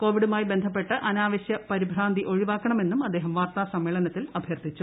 കോവിഡുമായി ബന്ധപ്പെട്ട അനാവശൃ പരിഭ്രാന്തി ഒഴിവാക്കണമെന്നും അദ്ദേഹം വാർത്താ സമ്മേളനത്തിൽ അഭ്യർത്ഥിച്ചു